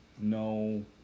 no